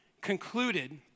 concluded